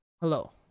Hello